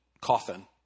coffin